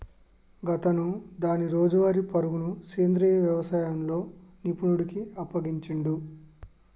గాతను దాని రోజువారీ పరుగును సెంద్రీయ యవసాయంలో నిపుణుడికి అప్పగించిండు